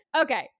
Okay